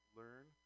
learn